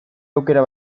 aukera